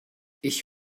ich